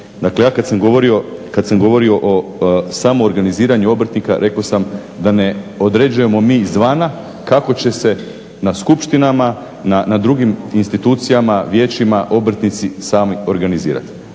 Dakle kada sam govorio o samoorganiziranju obrtnika rekao sam da ne određujemo mi izvana kako će se na skupštinama, na drugim institucijama, vijećima obrtnici sami organizirati.